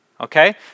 okay